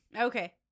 Okay